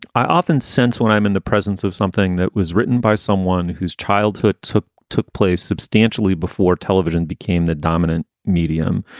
i often sense when i'm in the presence of something that was written by someone whose childhood took took place substantially before television became the dominant medium,